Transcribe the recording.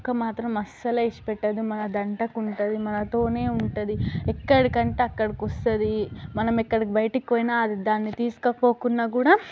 కుక్క మాత్రం అస్సలే విడిచిపెట్టదు మన దంటకు ఉంటుంది మనతోనే ఉంటుంది ఎక్కడి కంటే అక్కడికి వస్తుంది మనం ఎక్కడికి బయటికి పోయినా అది దాన్ని తీసుకుపోకున్నా కూడా